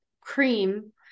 cream